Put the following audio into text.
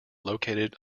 located